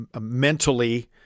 mentally